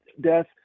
death